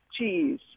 cheese